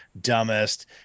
dumbest